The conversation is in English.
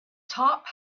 top